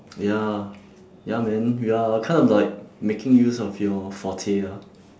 ya ya man ya kind of like making use of your forte ah